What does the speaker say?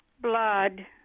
blood